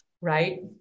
Right